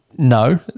No